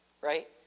right